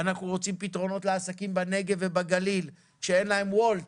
אנחנו רוצים פתרונות לעסקים בנגב ובגליל שאין להם וולט,